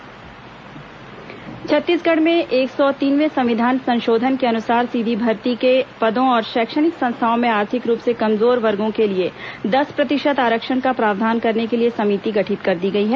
सवर्ण आरक्षण समिति छत्तीसगढ़ में एक सौ तीनवें संविधान संशोधन के अनुसार सीधी भर्ती के पदों और शैक्षणिक संस्थाओ में आर्थिक रुप से कमजोर वर्गों के लिए दस प्रतिशत आरक्षण को प्रावधान करने के लिए समिति गठित कर दी गई है